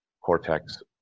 cortex